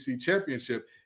championship